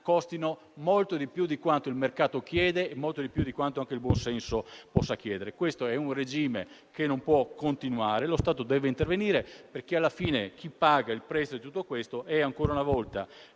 costino molto di più di quanto il mercato chiede e molto di più di quanto anche il buonsenso possa immaginare. Questo è un regime che non può continuare; lo Stato deve intervenire perché alla fine chi paga il prezzo di tutto questo è ancora una volta